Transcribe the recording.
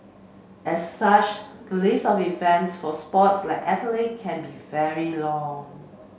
as such the list of events for sports like athletic can be very long